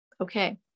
okay